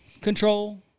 control